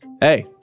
Hey